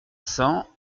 cents